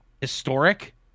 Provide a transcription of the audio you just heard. historic